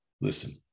Listen